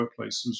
workplaces